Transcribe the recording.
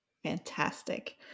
Fantastic